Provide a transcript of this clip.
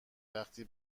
وقتی